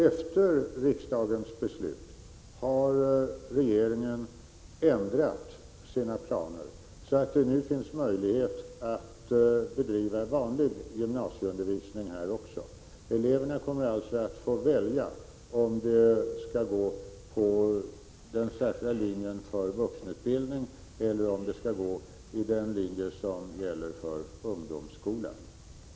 Efter riksdagens beslut har regeringen ändrat sina planer, så att det nu också finns möjlighet att bedriva vanlig gymnasieundervisning här. Eleverna kommer alltså att få välja om de skall gå på den särskilda linjen för vuxenutbildning eller på den linje som gäller för ungdomsskolan.